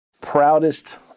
proudest